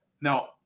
Now